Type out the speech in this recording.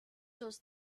does